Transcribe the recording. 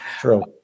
True